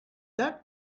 that